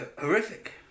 horrific